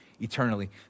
eternally